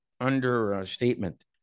understatement